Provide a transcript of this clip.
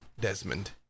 Desmond